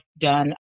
done